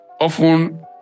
often